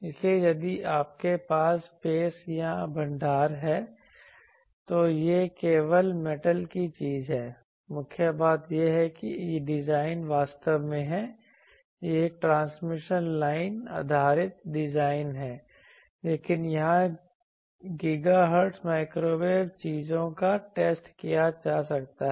इसलिए यदि आपके पास स्पेस का भंडार है तो यह केवल मेटल की चीज है मुख्य बात यह है कि डिजाइन वास्तव में है यह एक ट्रांसमिशन लाइन आधारित डिजाइन है लेकिन यहां GHz माइक्रोवेव चीजों का टेस्ट किया जा सकता है